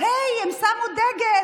אבל היי, הם שמו דגל